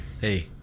Hey